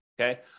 okay